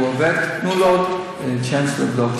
הוא עובד, תנו לו צ'אנס לבדוק.